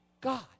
God